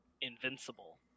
Invincible